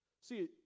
See